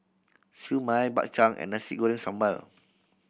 Siew Mai Bak Chang and Nasi Goreng Sambal